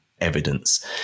evidence